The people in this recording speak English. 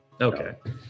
Okay